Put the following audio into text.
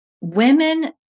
women